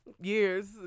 years